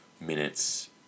minutes